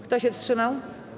Kto się wstrzymał?